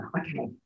okay